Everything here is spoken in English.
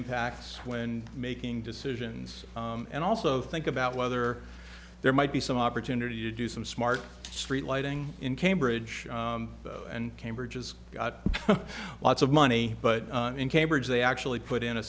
impacts when making decisions and also think about whether there might be some opportunity to do some smart street lighting in cambridge and cambridge has got lots of money but in cambridge they actually put in a